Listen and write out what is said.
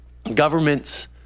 governments